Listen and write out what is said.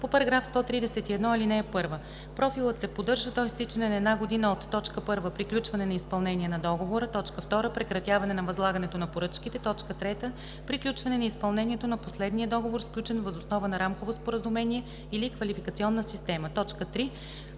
по § 131, ал. 1. Профилът се поддържа до изтичане на една година от: 1. приключване на изпълнението на договора; 2. прекратяване на възлагането на поръчките; 3. приключване на изпълнението на последния договор, сключен въз основа на рамково споразумение или квалификационна система.“ 3.